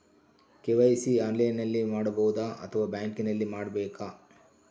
KYC ಆನ್ಲೈನಲ್ಲಿ ಮಾಡಬಹುದಾ ಅಥವಾ ಬ್ಯಾಂಕಿನಲ್ಲಿ ಮಾಡ್ಬೇಕಾ?